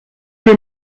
mes